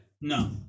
No